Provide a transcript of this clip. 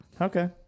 Okay